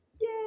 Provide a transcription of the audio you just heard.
Yay